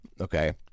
okay